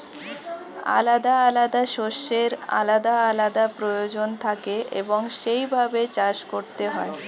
আলাদা আলাদা শস্যের আলাদা আলাদা প্রয়োজন থাকে এবং সেই ভাবে চাষ করতে হয়